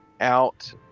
out